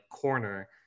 corner